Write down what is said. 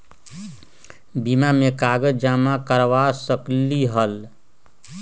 बीमा में कागज जमाकर करवा सकलीहल?